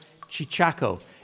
Chichaco